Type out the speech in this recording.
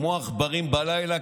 כמו עכברים בלילה,